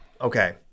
Okay